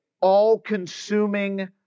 all-consuming